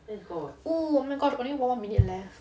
oh oh my gosh only one more minute left